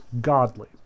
godly